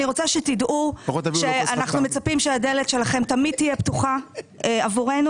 אני רוצה שתדעו שאנחנו מצפים שהדלת שלכם תמיד תהיה פתוחה עבורנו,